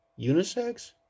Unisex